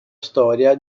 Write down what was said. storia